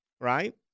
Right